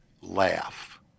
laugh